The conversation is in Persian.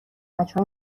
بچه